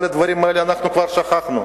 את כל הדברים האלה אנחנו כבר שכחנו.